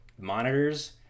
monitors